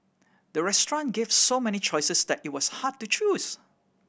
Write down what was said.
the restaurant gave so many choices that it was hard to choose